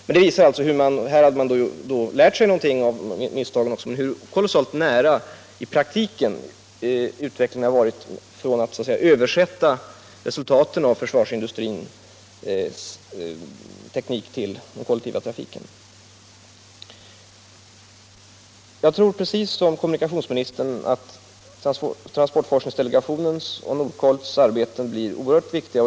Man hade här lärt sig någonting av misstagen, men exemplet visar hur kolossalt nära det i praktiken ligger till hands att översätta resultaten av försvarsindustrins forskning till den kollektiva trafiken. Jag tror precis som kommunikationsministern att transportforskningsdelegationens och Nordkolts arbeten blir oerhört viktiga.